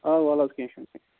آ ولہٕ حظ کیٚنٛہہ چھُنہٕ